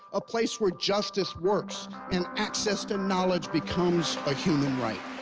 a place where justice works. and access to knowledge becomes a human right.